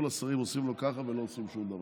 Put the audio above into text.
השרים עושים לו ככה ולא עושים שום דבר.